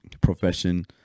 profession